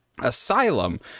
Asylum